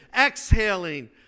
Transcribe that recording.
exhaling